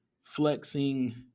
flexing